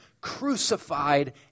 crucified